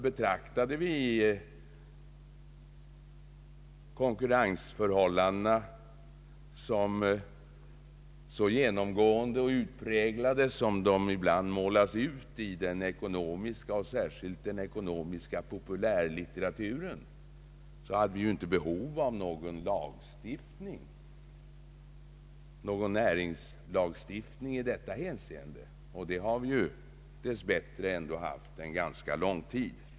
Betraktade vi konkurrensen så genomgående och fullständig som den ibland utmålas, särskilt i den ekonomiska populärlitteraturen, så hade vi inte behov av någon lagstiftning om konkurrensbegränsning. Men en sådan lagstiftning har vi ju dess bättre haft ganska lång tid.